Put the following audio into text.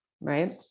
right